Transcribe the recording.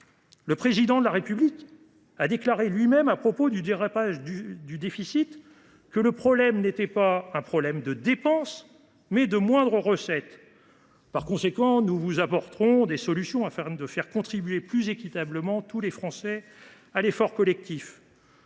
Le Président de la République a lui même déclaré, à propos du dérapage du déficit, que le problème n’avait pas trait aux dépenses, mais à de moindres recettes. Par conséquent, nous vous apporterons des solutions afin de faire contribuer plus équitablement tous les Français à l’effort collectif.